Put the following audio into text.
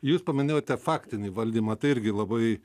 jūs paminėjote faktinį valdymą tai irgi labai